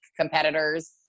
competitors